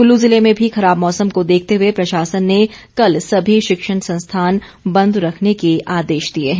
क्ल्लू जिले में खराब मौसम को देखते हए प्रशासन ने कल सभी शिक्षण संस्थान बंद रखने के आदेश दिए हैं